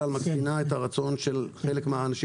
שמקטינה את הרצון של חלק מן האנשים